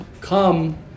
come